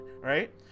right